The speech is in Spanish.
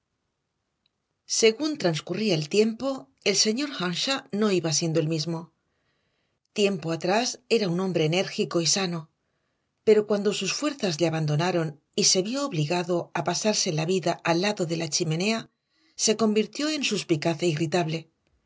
según transcurría el tiempo el señor earnshaw no iba siendo el mismo tiempo atrás era un hombre enérgico y sano pero cuando sus fuerzas le abandonaron y se vio obligado a pasarse la vida al lado de la chimenea se convirtió en suspicaz e irritable